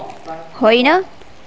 होइन